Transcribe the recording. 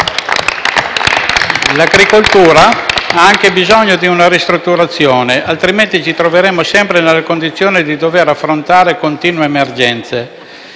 L'agricoltura ha anche bisogno di una ristrutturazione, altrimenti ci troveremo sempre nella condizione di dover affrontare continue emergenze